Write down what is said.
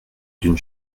d’une